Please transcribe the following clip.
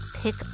pick